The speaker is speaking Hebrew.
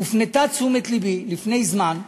הופנתה תשומת לבי, לפני זמן מה,